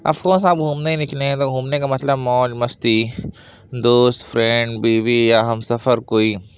if course آپ گھومنے ہی نکلے ہیں تو گھومنے کا مطلب موج مستی دوست فرینڈ بیوی یا ہم سفر کوئی